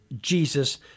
Jesus